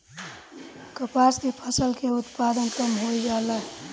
कपास के फसल के उत्पादन कम होइ जाला?